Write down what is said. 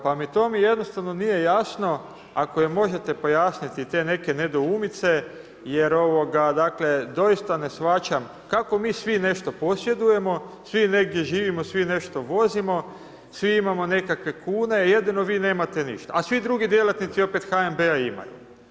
Pa mi to jednostavno nije jasno ako mi možete objasniti te neke nedoumice jer doista ne shvaćam kako mi svi nešto posjedujemo, svi negdje živimo, svi nešto vozimo, svi imamo nekakve kune, jedino vi nemate ništa, a svi drugi djelatnici opet HNB-a imaju?